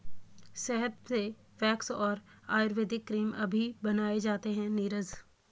शहद से वैक्स और आयुर्वेदिक क्रीम अभी बनाए जाते हैं नीरज